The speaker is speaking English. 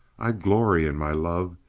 i glory in my love,